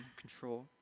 control